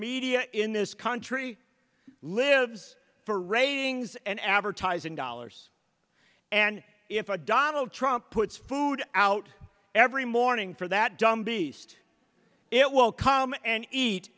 media in this country lives for ratings and advertising dollars and if a donald trump puts food out every morning for that dumb beast it will come and eat